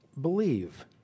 believe